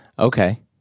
Okay